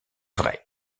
vrai